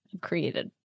created